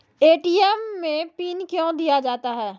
ATM मे PIN कयो दिया जाता हैं?